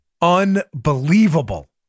Unbelievable